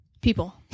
People